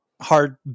hard